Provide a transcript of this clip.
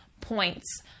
points